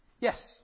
Yes